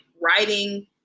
writing